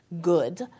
good